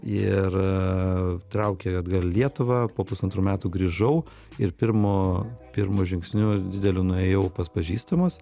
ir traukė atgal į lietuvą po pusantrų metų grįžau ir pirmu pirmu žingsniu dideliu nuėjau pas pažįstamus